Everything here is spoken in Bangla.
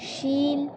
সিং